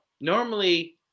normally